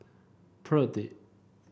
perdi